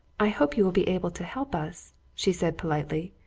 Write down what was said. i hope you'll be able to help us, she said politely,